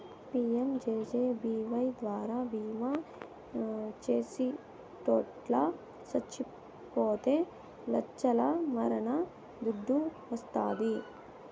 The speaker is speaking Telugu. పి.యం.జే.జే.బీ.వై ద్వారా బీమా చేసిటోట్లు సచ్చిపోతే లచ్చల మరణ దుడ్డు వస్తాది